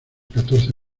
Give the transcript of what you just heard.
catorce